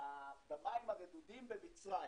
במים הרדודים במצרים